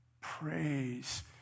Praise